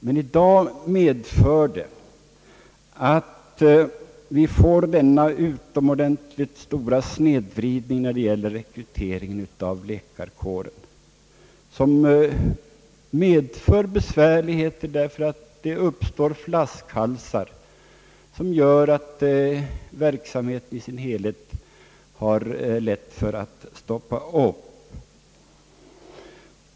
Men i dag medför det denna utomordentligt stora snedvridning när det gäller rekrytering inom läkarvården, och det uppstår flaskhalsar som gör att verksamheten i sin helhet har lätt för att stanna upp.